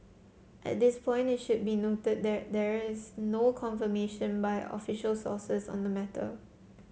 at this point it should be noted that there is no confirmation by official sources on the matter